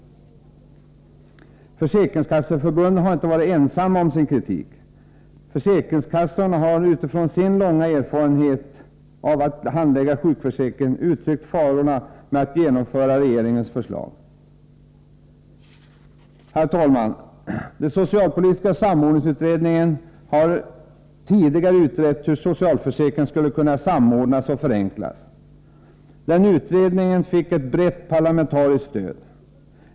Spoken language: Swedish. Försäkringskasseförbundet har inte varit ensamt om sin kritik. Försäkringskassorna har utifrån sin långa erfarenhet av att handlägga sjukförsäkringen uttryckt farorna med att genomföra regeringens förslag. Herr talman! Den socialpolitiska samordningsutredningen har tidigare utrett hur socialförsäkringen skulle kunna samordnas och förenklas. Den utredningen fick ett brett parlamentariskt stöd.